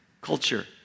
culture